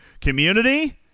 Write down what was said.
Community